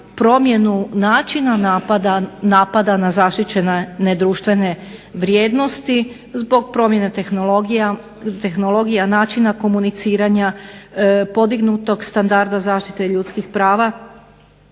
načina napada na zaštićene nedruštvene vrijednosti zbog promjene tehnologija, načina komuniciranja, podignutog standarda zaštite ljudskih prava.